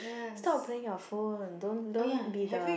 stop playing your phone don't don't be the